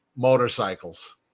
motorcycles